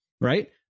Right